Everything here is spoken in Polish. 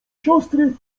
siostry